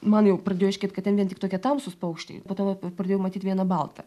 man jau pradėjo aiškėt kad ten vien tik tokie tamsūs paukščiai po to pradėjau matyt vieną baltą